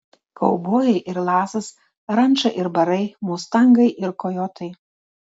kaubojai ir lasas ranča ir barai mustangai ir kojotai